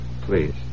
please